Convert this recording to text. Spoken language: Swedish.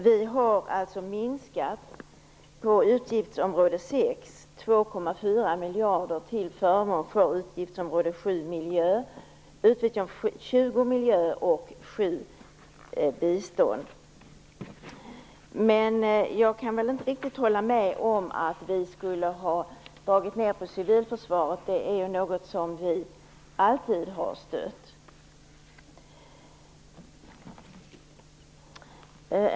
Vi har alltså minskat på utgiftsområde 6 med 2,4 miljarder till förmån för utgiftsområde 20, miljö, och utgiftsområde 7, bistånd. Jag kan dock inte riktigt hålla med om att vi skulle ha dragit ned på civilförsvaret. Det är något som vi alltid har stött.